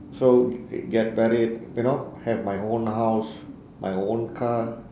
so get married you know have my own house my own car